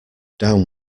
down